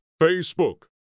Facebook